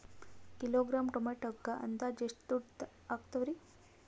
Kilogram ಟೊಮೆಟೊಕ್ಕ ಅಂದಾಜ್ ಎಷ್ಟ ದುಡ್ಡ ಅಗತವರಿ?